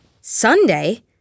Sunday